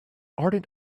ardent